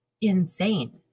insane